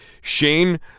Shane